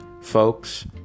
folks